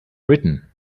written